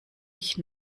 ich